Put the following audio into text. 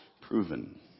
proven